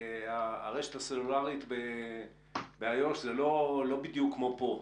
הרשת הסלולרית באיו"ש היא לא בדיוק כמו פה.